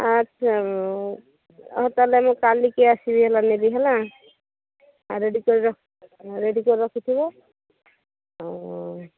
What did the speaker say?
ଆଚ୍ଛା ହଉ ତାହେଲେ ମୁଁ କାଲିକି ଆସିବି ହେଲା ନେବି ହେଲା ରେଡ଼ି କରିକି ରେଡ଼ି କରିକି ରଖିଥିବ ଆଉ